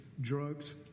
drugs